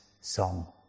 song